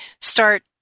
start